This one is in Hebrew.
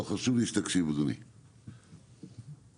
אולי